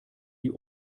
die